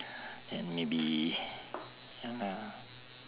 then maybe ya lah